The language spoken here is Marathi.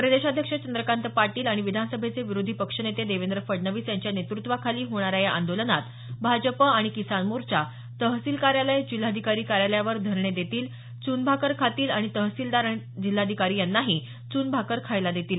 प्रदेशाध्यक्ष चंद्रकांत पाटील आणि विधानसभेचे विरोधी पक्षनेते देवेंद्र फडणवीस यांच्या नेतृत्वाखाली होणार्या या आंदोलनात भाजप आणि किसान मोर्चा तहसील कार्यालय जिल्हाधिकारी कार्यालयावर धरणे देतील चुन भाकर खातील आणि तहसीलदार तसंच जिल्हाधिकारी यांनाही चुन भाकर खायला देतील